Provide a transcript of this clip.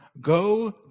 go